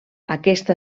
aquesta